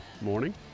morning